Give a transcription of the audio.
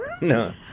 No